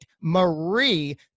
Marie